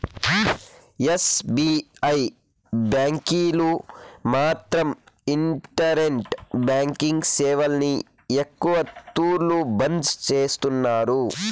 SBI బ్యాంకీలు మాత్రం internet banking సేవల్ని ఎక్కవ తూర్లు బంద్ చేస్తున్నారు